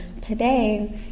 today